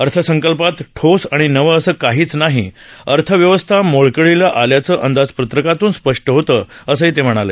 अर्थसंकल्पात ठोस आणि नवं असं काहीच नाही अर्थव्यवस्था मोडकळीला आल्याचं अंदाजपत्रकातून दिसत आहे असं ते म्हणाले